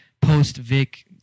post-Vic